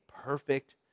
perfect